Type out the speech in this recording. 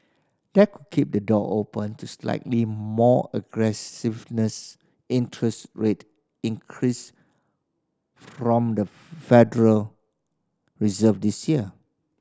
that keep the door open to slightly more aggressive interest rate increase from the Federal Reserve this year